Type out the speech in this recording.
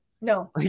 No